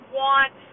want